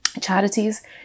charities